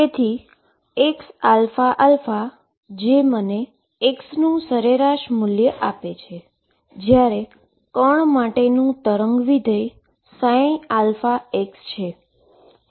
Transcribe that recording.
તેથી xαα જે મને x નું એવરેજ વેલ્યુ આપે છે જ્યારે પાર્ટીકલ માટે નુ વેવ ફંક્શન છે